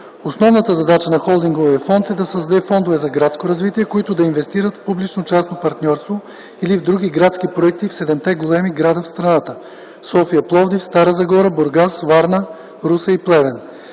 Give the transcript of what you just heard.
Основна задача на Холдинговия фонд е да създаде фондове за градско развитие, които да инвестират в публично-частно партньорство или в други градски проекти в седемте големи града в страната – София, Пловдив, Стара Загора, Бургас, Варна, Русе и Плевен.